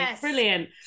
brilliant